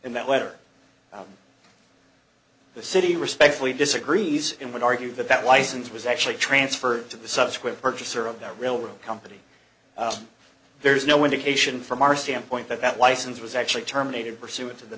in that letter the city respectfully disagrees and would argue that that license was actually transferred to the subsequent purchaser of the railroad company there is no indication from our standpoint that that license was actually terminated pursuant to the